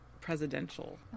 presidential